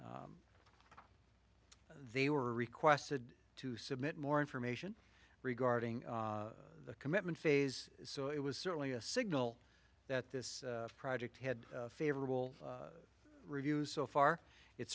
they were requested to submit more information regarding the commitment phase so it was certainly a signal that this project had a favorable review so far it